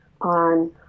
on